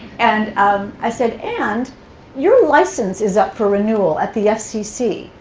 and i said, and your license is up for renewal at the fcc,